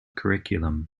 curriculum